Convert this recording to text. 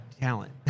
talent